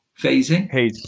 Phasing